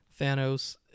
Thanos